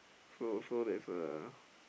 so so there's a